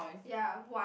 ya one